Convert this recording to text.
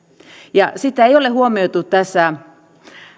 ja sitä ei ole huomioitu tässä